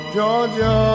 Georgia